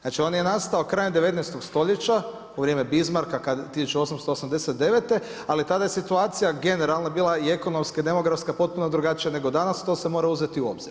Znači on je nastavo krajem 19. stoljeća, u vrijeme Bizmarca 1889. ali tada je situacija generalna bila i ekonomska i demografska potpuno drugačija nego danas, to se mora uzeti u obzir.